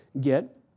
get